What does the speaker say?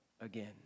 again